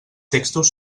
textos